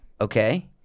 Okay